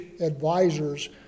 advisors